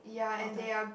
of the